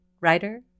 writer